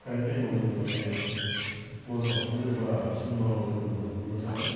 current थाइमआव जोङो माने बर' सावथुनखौ जोङो बारा सिनेमा हलाव जोङो नुनो नुनो थाङा